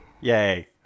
Yay